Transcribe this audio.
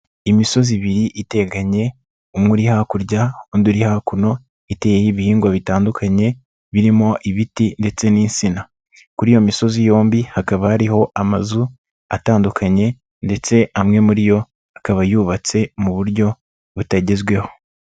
Imisozi ibiri iteganye, umwe uri hakurya, undi uri hakuno, iteyeho ibihingwa bitandukanye, birimo ibiti ndetse n'insina. Kuri iyo misozi yombi hakaba hariho amazu, atandukanye ndetse amwe muri yo akaba yubatswe mu buryo butagezweho.